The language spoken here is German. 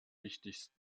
wichtigsten